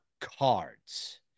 cards